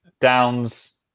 Downs